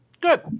Good